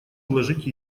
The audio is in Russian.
вложить